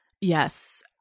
Yes